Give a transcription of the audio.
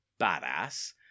badass